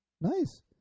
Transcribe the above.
Nice